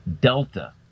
Delta